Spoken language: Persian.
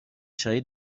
چایی